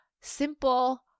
simple